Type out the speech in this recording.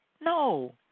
No